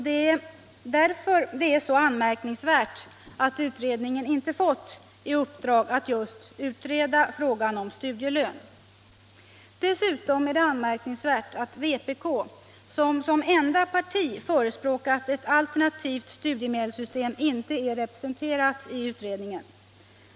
Det är därför det är så anmärkningsvärt att utredningen inte fått i uppdrag att just utreda frågan om studielön. Dessutom är det anmärkningsvärt att vpk, som som enda parti förespråkat ett alternativt studiemedelssystem, inte är representerat i utredningen.